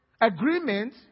agreement